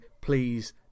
please